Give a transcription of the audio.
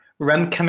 Rem